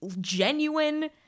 genuine